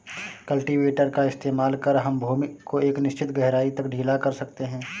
cultivator का इस्तेमाल कर हम भूमि को एक निश्चित गहराई तक ढीला कर सकते हैं